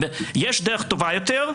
יש דרך טובה יותר,